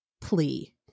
plea